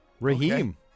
Raheem